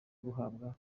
guhabwa